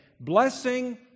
Blessing